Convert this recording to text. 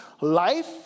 Life